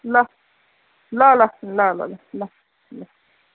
ल ल ल ल ल ल ल